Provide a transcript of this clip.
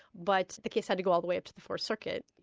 but the kids had to go all the way up to the fourth circuit.